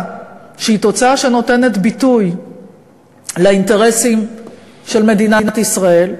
שהיא תוצאה שנותנת ביטוי לאינטרסים של מדינת ישראל,